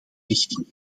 richting